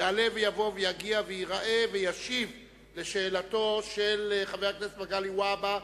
יעלה ויבוא ויגיע וייראה וישיב על שאלתו של חבר הכנסת מגלי והבה,